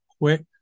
quick